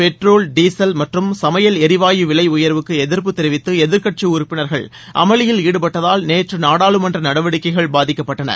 petrol diesel மற்றும் சமையல் எரிவாயு விலை உயர்வுக்கு எதிர்ப்பு தெரிவித்து எதிர்க்கட்சி உறுப்பினர்கள் அமளியில் ஈடுபட்டதால் நேற்று நாடாளுமன்ற நடவடிக்கைகள் பாதிக்கப்பட்டன